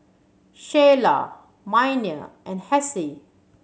Sheilah Miner and Hassie